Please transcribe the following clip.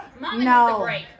no